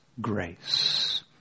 grace